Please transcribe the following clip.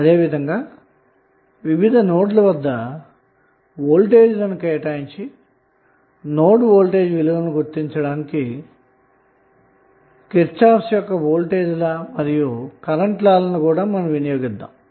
అదేవిధంగా వివిధ నోడ్ల వద్ద వోల్టేజ్లను కేటాయించి నోడ్ వోల్టేజ్ విలువలను గుర్తించడానికి కిర్చాఫ్ యొక్క వోల్టేజ్ లా మరియు కిర్చాఫ్ కరెంటు లా లను ఉపయోగిస్తున్నాము